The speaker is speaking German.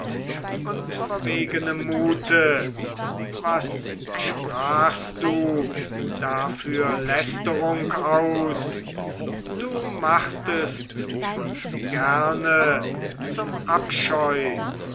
und verwegenem mute was sprachst du da für lästerung aus du machtest uns gerne zum abscheu